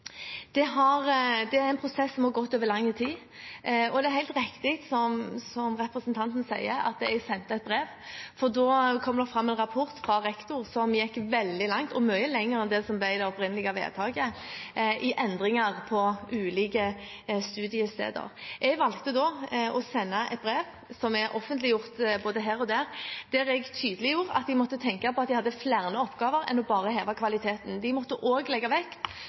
Det er en prosess som har gått over lang tid. Det er helt riktig som representanten sier, at jeg sendte et brev, for det kom fram en rapport fra rektor som gikk veldig langt – mye lenger enn det som ble det opprinnelige vedtaket – i endringer på ulike studiesteder. Jeg valgte da å sende et brev, som er offentliggjort både her og der, der jeg tydeliggjorde at de måtte tenke på at de hadde flere oppgaver enn bare å heve kvaliteten. De måtte også legge vekt